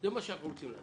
זה מה שאנחנו רוצים.